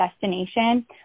destination